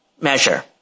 measure